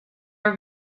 are